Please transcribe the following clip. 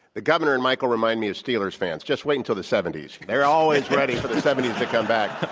the governor and michael remind me of steelers fans, just wait until the seventy s, they're always ready for the seventy s to come back.